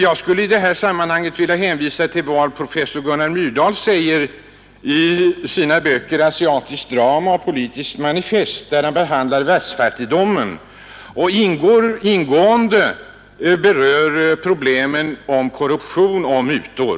Jag vill i detta sammanhang hänvisa till vad professor Gunnar Myrdal skriver i sina böcker Asiatiskt drama och Politiskt manifest, där han talar om världsfattigdomen och ingående behandlar problemen om korruption och mutor.